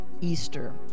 Easter